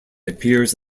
appears